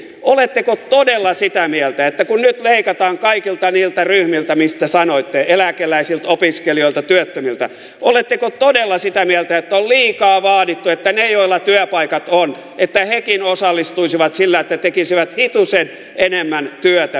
oletteko todella sitä mieltä että kun nyt leikataan kaikilta niiltä ryhmiltä mistä sanoitte eläkeläisiltä opiskelijoilta työttömiltä niin on liikaa vaadittu että nekin joilla työpaikat on osallistuisivat sillä että tekisivät hitusen enemmän työtä viikossa